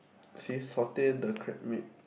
see saltier the crab meat